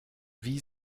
wie